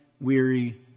weary